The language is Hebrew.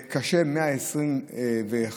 קשה, 121,